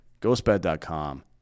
Ghostbed.com